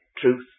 truth